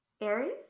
Aries